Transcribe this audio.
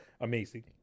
amazing